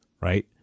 right